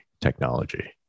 technology